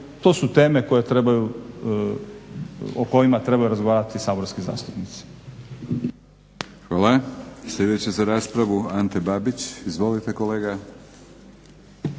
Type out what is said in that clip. To su teme o kojima trebaju razgovarati saborski zastupnici.